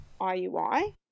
IUI